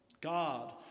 God